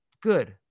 Good